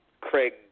Craig